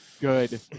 good